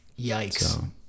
Yikes